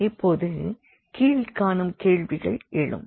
இப்போது கீழ்க்காணும் கேள்விகள் எழும்